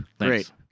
great